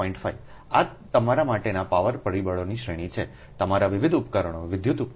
5 એ તમારા માટેના પાવર પરિબળોની શ્રેણી છે તમારા વિવિધ ઉપકરણો વિદ્યુત ઉપકરણો